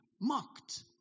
mocked